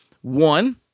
One